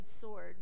sword